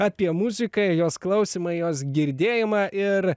apie muziką ir jos klausymą jos girdėjimą ir